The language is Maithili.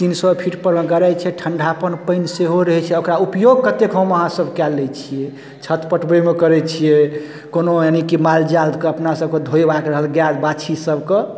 तीन सए फीटपर मे गराइ छै ठण्डापन पानि सेहो रहे छै आओर ओकरा उपयोग कतेक हम अहाँ सब कए लै छियै छत पटबैमे करै छियै कोनो यानि की माल जालके अपना सबके धोएबाके रहल गाय बाछी सबके